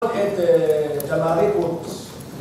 ...את ג'מרי קורקס